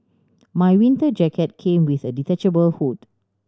my winter jacket came with a detachable hood